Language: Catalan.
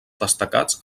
destacats